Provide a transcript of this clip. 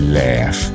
laugh